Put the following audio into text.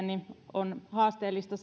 on haasteellista